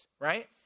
Right